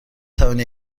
توانی